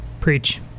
Preach